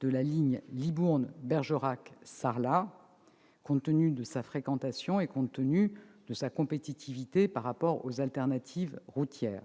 de la ligne Libourne-Bergerac-Sarlat, compte tenu de sa fréquentation et de sa compétitivité par rapport aux alternatives routières.